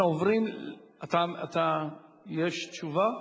אנחנו עוברים, יש תשובה?